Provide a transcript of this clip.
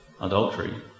adultery